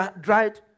dried